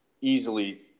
easily